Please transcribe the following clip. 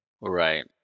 right